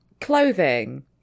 clothing